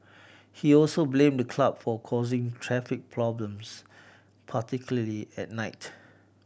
he also blamed the club for causing traffic problems particularly at night